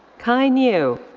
kai niu.